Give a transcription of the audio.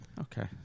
Okay